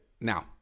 now